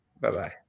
Bye-bye